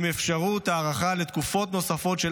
עם אפשרות הארכה לתקופות נוספות של